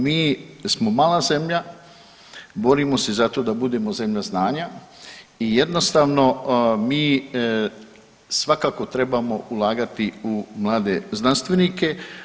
Mi smo mala zemlja, borimo se za to da budemo zemlja znanja i jednostavno mi svakako trebamo ulagati u mlade znanstvenike.